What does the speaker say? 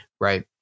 right